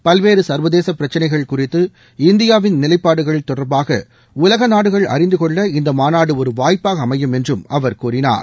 பல்வேறு சர்வதேச பிரச்சினைகள் குறித்து இந்தியாவின் நிலைப்பாடுகள் தொடர்பாக உலகநாடுகள் அறிந்து கொள்ள இந்த மாநாடு ஒரு வாய்ப்பாக அமையும் என்றும் அவர் கூறினார்